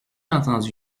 entendu